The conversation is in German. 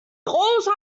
großer